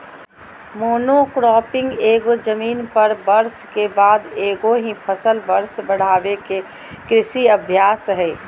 monocropping एगो जमीन पर वर्ष के बाद एगो ही फसल वर्ष बढ़ाबे के कृषि अभ्यास हइ